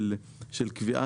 קודם כל,